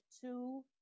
two